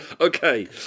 okay